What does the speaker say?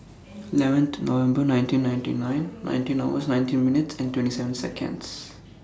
eleven November nineteen ninety nine nineteen hours nineteen minutes and twenty seven Seconds